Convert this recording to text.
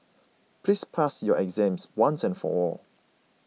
please pass your exams once and for all